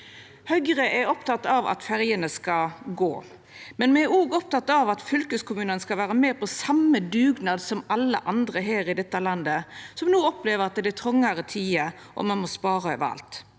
Høgre er oppteke av at ferjene skal gå, men me er òg opptekne av at fylkeskommunane skal vera med på den same dugnaden som alle andre her i dette landet, som no opplever at det er trongare tider, og at ein må spara overalt.